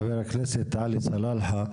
חבר הכנסת עלי סלאלחה.